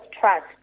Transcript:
trust